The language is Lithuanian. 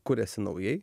kuriasi naujai